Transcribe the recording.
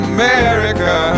America